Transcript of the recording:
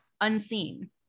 unseen